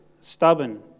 stubborn